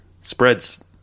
spreads